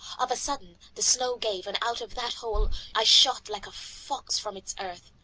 of a sudden the snow gave, and out of that hole i shot like a fox from its earth.